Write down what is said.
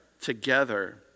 together